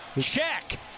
Check